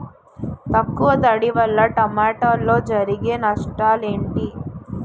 తక్కువ తడి వల్ల టమోటాలో జరిగే నష్టాలేంటి?